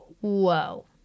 whoa